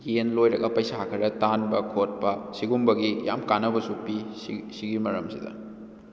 ꯌꯦꯟ ꯂꯣꯏꯔꯒ ꯄꯩꯁꯥ ꯈꯔ ꯇꯥꯟꯕ ꯈꯣꯠꯄ ꯁꯤꯒꯨꯝꯕꯒꯤ ꯌꯥꯝ ꯀꯥꯅꯕꯁꯨ ꯄꯤ ꯁꯤꯒꯤ ꯃꯔꯝꯁꯤꯗ